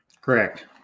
Correct